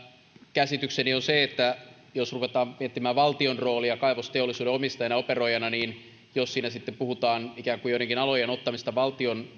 käsitykseni on se että jos ruvetaan miettimään valtion roolia kaivosteollisuuden omistajana operoijana niin jos siinä sitten puhutaan ikään kuin joidenkin alojen ottamisesta valtion